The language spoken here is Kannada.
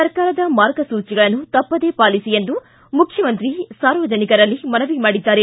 ಸರ್ಕಾರದ ಮಾರ್ಗಸೂಚಿಗಳನ್ನು ತಪ್ಪದೇ ಪಾಲಿಸಿ ಎಂದು ಮುಖ್ಯಮಂತ್ರಿ ಸಾರ್ವಜನಿಕರಲ್ಲಿ ಮನವಿ ಮಾಡಿದ್ದಾರೆ